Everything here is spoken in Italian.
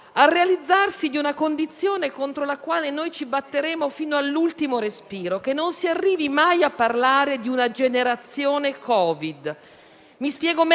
Probabilmente non ci siamo mai accorti dell'importanza della scuola come da quando si è stati costretti a chiuderle per l'emergenza; anche se dire